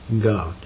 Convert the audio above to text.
God